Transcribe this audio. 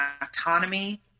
autonomy